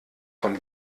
von